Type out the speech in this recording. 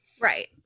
Right